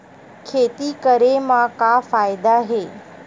खेती करे म का फ़ायदा हे?